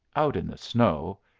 out in the snow,